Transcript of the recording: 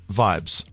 vibes